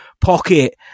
pocket